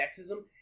sexism